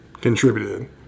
contributed